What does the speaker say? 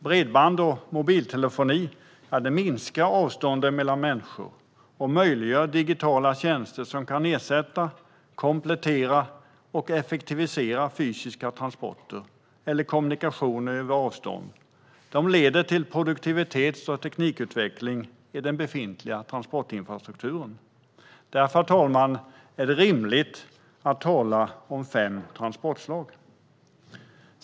Bredband och mobiltelefoni minskar avstånden mellan människor och möjliggör digitala tjänster som kan ersätta, komplettera och effektivisera fysiska transporter och kommunikationer över avstånd. Det leder till produktivitets och teknikutveckling i den befintliga transportinfrastrukturen. Därför, herr talman, är det rimligt att tala om fem transportslag.